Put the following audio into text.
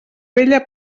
vella